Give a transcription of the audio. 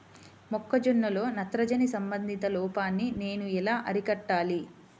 మొక్క జొన్నలో నత్రజని సంబంధిత లోపాన్ని నేను ఎలా అరికట్టాలి?